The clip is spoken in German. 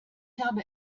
habe